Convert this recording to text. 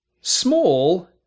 small